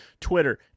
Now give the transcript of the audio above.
twitter